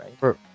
right